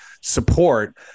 support